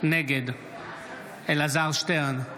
נגד אלעזר שטרן,